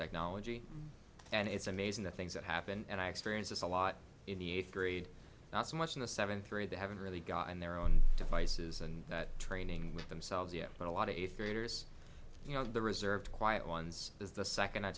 technology and it's amazing the things that happen and i experience this a lot in the eighth grade not so much in the seven three they haven't really gotten their own devices and that training with themselves but a lot of eighth graders you know the reserved quiet ones is the second i